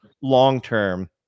long-term